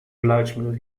geluidsmuur